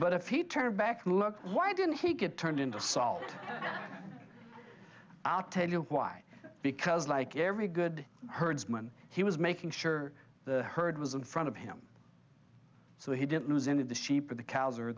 but if he turned back and looked why didn't he get turned into salt i'll tell you why because like every good herdsman he was making sure the herd was in front of him so he didn't lose any of the sheep of the cows or